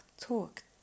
talk